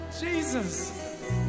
Jesus